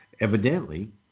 Evidently